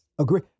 Agree